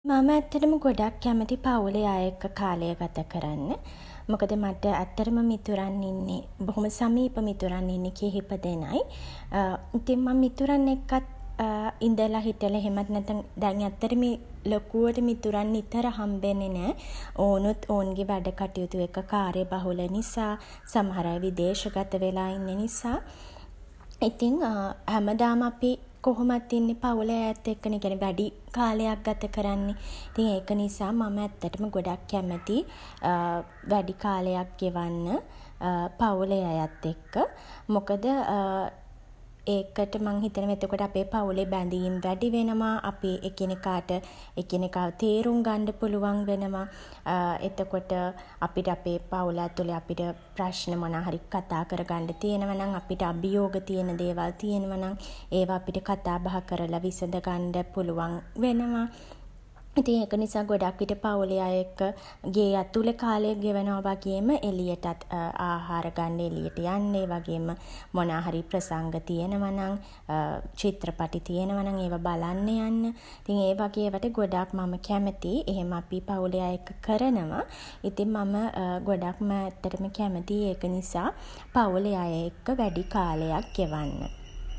මම ඇත්තටම ගොඩක් කැමති පවුලේ අය එක්ක කාලය ගත කරන්න. මොකද මට ඇත්තටම මිතුරන් ඉන්නේ, බොහොම සමීප මිතුරන් ඉන්නේ කිහිප දෙනයි. ඉතින් මං මිතුරන් එක්කත් ඉදලා හිටලා එහෙමනත් නැත්තම් දැන් ඇත්තටම ලොකුවට මිතුරන් නිතර හම්බෙන්නේ නෑ. ඔවුනුත් ඔවුන්ගෙ වැඩ කටයුතු එක්ක කාර්යබහුල නිසා. සමහර අය විදේශගත වෙලා ඉන්න නිසා. ඉතින් හැමදාම අපි කොහොමත් ඉන්නේ පවුලේ අයත් එක්ක නේ. ඒ කියන්නේ වැඩි කාලයක් ගත කරන්නේ. ඉතින් ඒක නිසා මම ඇත්තටම ගොඩක් කැමති වැඩි කාලයක් ගෙවන්න පවුලේ අයත් එක්ක. මොකද ඒකට මං හිතනවා එතකොට අපේ පවුලේ බැඳීම් වැඩි වෙනවා. අපි එකිනෙකාට එකිනෙකාව තේරුම් ගන්ඩ පුළුවන් වෙනවා. එතකොට අපිට අපේ පවුල ඇතුලේ අපිට ප්‍රශ්න මොනාහරි කතා කරගන්ඩ තියෙනවා නම්, අපිට අභියෝග තියෙන දේවල් තියෙනවා නම්, ඒවා අපිට කතාබහ කරලා විසඳ ගන්ඩ පුළුවන් වෙනවා. ඉතින් ඒක නිසා ගොඩක් විට පවුලේ අය එක්ක ගේ ඇතුලේ කාලය ගෙවනවා වගේම, එළියටත් ආහාර ගන්ඩ එළියට යන්න, ඒවගේම මොනවාහරි ප්‍රසංග තියෙනවා නම් චිත්‍රපටි තියෙනවා නම්, ඒවා බලන්න යන්න. ඉතින් ඒ වගේ ඒවාට ගොඩක් මම කැමතියි. එහෙම අපි පවුලේ අය එක්ක කරනවා. ඉතින් මම ගොඩක්ම ඇත්තටම කැමතියි ඒක නිසා පවුලේ අය එක්ක වැඩි කාලයක් ගෙවන්න.